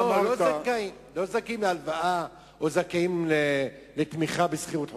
לא זכאים להלוואה או זכאים לתמיכה בשכירות חודשית.